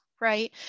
Right